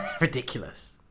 ridiculous